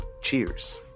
Cheers